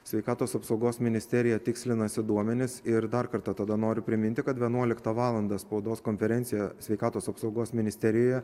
sveikatos apsaugos ministerija tikslinasi duomenis ir dar kartą tada noriu priminti kad vienuoliktą valandą spaudos konferencija sveikatos apsaugos ministerijoje